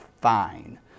fine